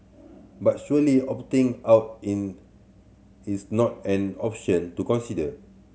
but surely opting out in is not an option to consider